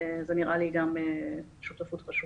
זה נראה לי גם שותפות חשובה.